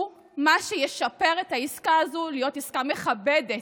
הוא מה שישפר את העסקה הזאת, להיות עסקה מכבדת,